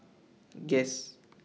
Guess